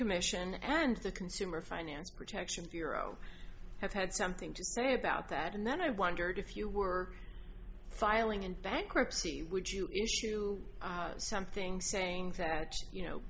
commission and the consumer finance protection bureau have had something to say about that and then i wondered if you were filing in bankruptcy would you issue something saying that you know